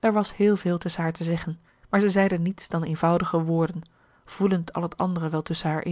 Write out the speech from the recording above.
er was heel veel tusschen haar te zeggen maar zij zeiden niets dan eenvoudige woorden voelend al het andere wel tusschen haar